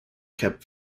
kept